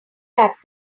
back